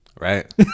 right